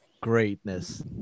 greatness